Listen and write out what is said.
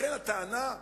לכן הטענה,